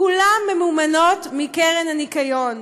כולן ממומנות מקרן הניקיון.